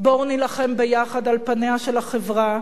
בואו נילחם ביחד על פניה של החברה.